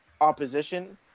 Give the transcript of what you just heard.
opposition